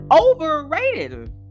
overrated